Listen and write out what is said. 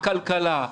הכלכלה,